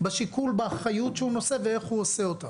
בשיקול ובאחריות שהוא נושא ואיך הוא עושה אותה.